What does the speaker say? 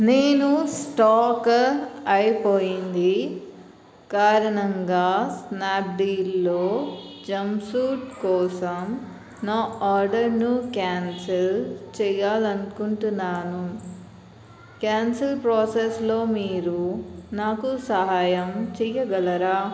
నేను స్టాక్ అయిపోయిన కారణంగా స్నాప్డీల్లో జంప్సూట్ కోసం నా ఆర్డర్ను క్యాన్సల్ చెయ్యాలనుకుంటున్నాను క్యాన్సల్ ప్రోసెస్లో మీరు నాకు సహాయం చెయ్యగలరా